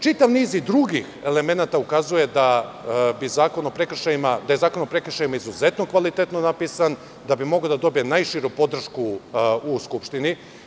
Čitav niz i drugih elemenata ukazuje da je Zakon o prekršajima izuzetno kvalitetno napisan, da bi mogao da dobije najširu podršku u Skupštini.